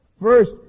First